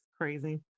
crazy